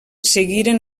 seguiren